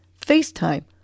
FaceTime